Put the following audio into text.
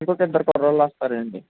ఇంకొక ఇద్దరు కుర్రాళ్ళొస్తారండి